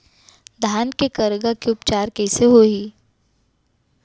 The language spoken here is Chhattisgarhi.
धान के करगा के उपचार कइसे होही?